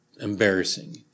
embarrassing